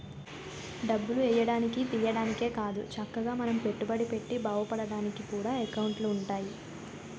డబ్బులు ఎయ్యడానికి, తియ్యడానికే కాదు చక్కగా మనం పెట్టుబడి పెట్టి బావుపడ్డానికి కూడా ఎకౌంటులు ఉంటాయి